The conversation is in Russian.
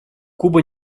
куба